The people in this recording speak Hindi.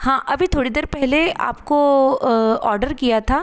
हाँ अभी थोड़ी देर पहले आपको ऑडर किया था